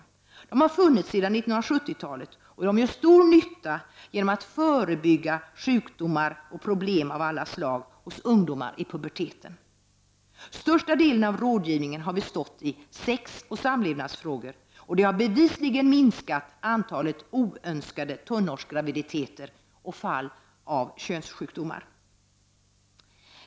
Dessa mottagningar har funnits sedan 1970-talet och gör stor nytta genom att förebygga sjukdomar och problem av alla slag hos ungdomar i puberteten. Största delen av rådgivningen har gällt sexoch samlevnadsfrågor och har bevisligen minskat antalet oönskade tonårsgraviditeter och fall av könssjukdomar.